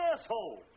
asshole